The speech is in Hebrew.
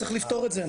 צריך לפתור את זה.